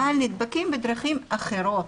אבל נדבקים בדרכים אחרות.